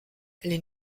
les